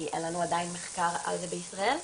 כי אין לנו עדיין מחקר על זה בישראל.